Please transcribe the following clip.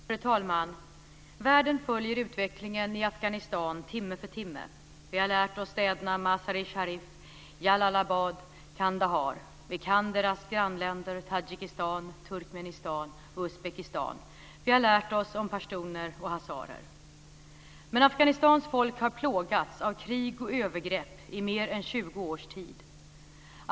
Fru talman! Världen följer utvecklingen i Afghanistan timme för timme. Vi har lärt oss städerna Mazar-i-Sharif, Jalalabad och Kandahar, och vi känner till deras grannländer Tadzjikistan, Turkmenistan och Uzbekistan. Vi har lärt oss om pashtuner och hazarer. Men Afghanistans folk har plågats av krig och övergrepp i mer än 20 års tid.